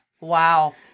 Wow